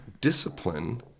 discipline